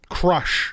crush